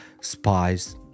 spies